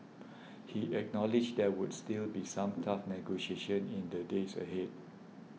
he acknowledged there would still be some tough negotiations in the days ahead